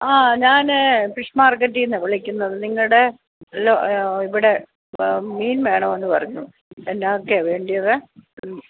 ആ ഞാന് ഫിഷ് മാർക്കറ്റിൽ നിന്നാണ് വിളിക്കുന്നത് നിങ്ങളുടെ ഇവിടെ മീൻ വേണമെന്ന് പറഞ്ഞു എന്നതൊക്കെയാണ് വേണ്ടത്